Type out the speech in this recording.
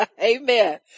Amen